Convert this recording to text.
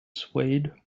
swayed